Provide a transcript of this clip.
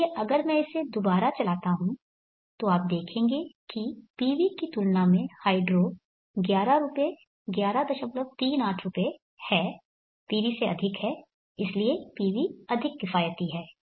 इसलिए अगर मैं इसे दोबारा चलाता हूं तो आप देखेंगे कि PV की तुलना में हाइड्रो 11 रुपये 1138 रुपये है PV से अधिक है इसलिए PV अधिक किफायती है